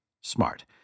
smart